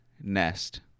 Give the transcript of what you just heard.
nest